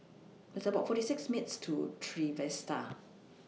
It's about forty six minutes' Walk to Trevista